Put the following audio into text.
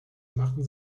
machten